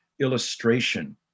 illustration